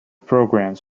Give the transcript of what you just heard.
programs